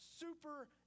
super